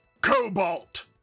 Cobalt